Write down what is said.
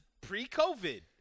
pre-COVID